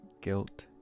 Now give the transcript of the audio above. guilt